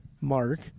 Mark